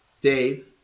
Dave